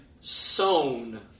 sown